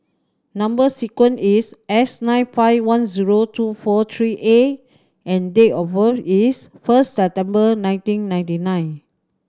number sequence is S nine five one zero two four three A and date of birth is first September nineteen ninety nine